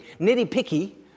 nitty-picky